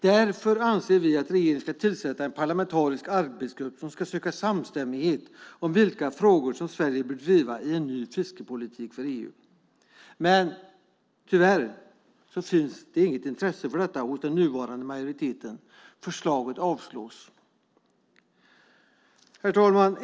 Därför anser vi att regeringen ska tillsätta en parlamentarisk arbetsgrupp som ska söka uppnå samstämmighet om vilka frågor Sverige bör driva i en ny fiskepolitik för EU. Tyvärr finns det inget intresse för detta hos den nuvarande majoriteten. Förslaget avstyrks. Herr talman!